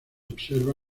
observa